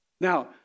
Now